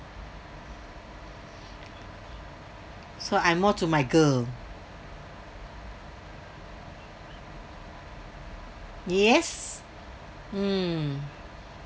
so I more to my girls yes mm